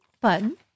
Button